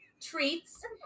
treats